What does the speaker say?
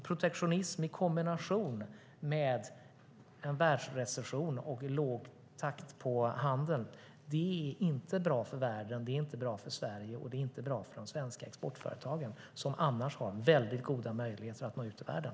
Protektionism i kombination med en världsrecession och låg takt på handeln är inte bra för världen, inte bra för Sverige och inte bra för de svenska exportföretagen, som annars har goda möjligheter att nå ut i världen.